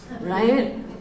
right